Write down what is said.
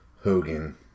Hogan